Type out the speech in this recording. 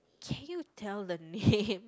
can you tell the name